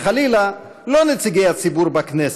וחלילה לא נציגי הציבור בכנסת,